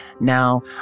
Now